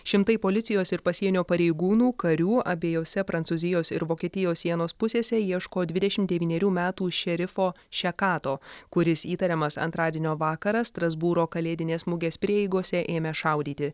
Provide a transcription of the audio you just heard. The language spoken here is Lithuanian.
šimtai policijos ir pasienio pareigūnų karių abiejose prancūzijos ir vokietijos sienos pusėse ieško dvidešim devynerių metų šerifo šekato kuris įtariamas antradienio vakarą strasbūro kalėdinės mugės prieigose ėmęs šaudyti